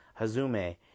Hazume